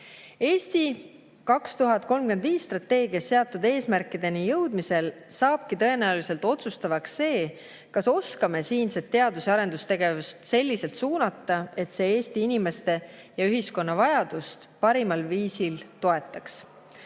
"Eesti 2035" strateegias seatud eesmärkideni jõudmisel saabki tõenäoliselt otsustavaks see, kas oskame siinset teadus- ja arendustegevust selliselt suunata, et see Eesti inimeste ja ühiskonna vajadusi parimal viisil toetaks.